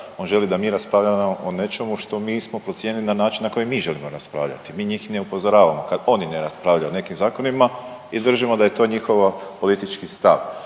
On želi da mi raspravljamo o nečemu što mi smo procijenili na način na koji mi želimo raspravljati. Mi njih ne upozoravamo kad oni ne raspravljaju o nekim zakonima i držimo da je to njihovo politički stav.